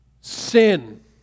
Sin